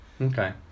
Okay